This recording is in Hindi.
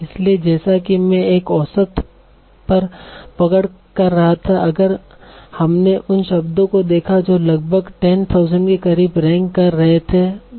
इसलिए जैसा कि मैं एक औसत पर पकड़ कह रहा था अगर हमने उन शब्दों को देखा जो लगभग 10000 के करीब रैंक कर रहे हैं